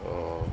orh